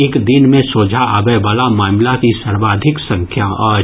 एक दिन मे सोझा आबय वला मामिलाक ई सर्वाधिक संख्या अछि